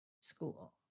school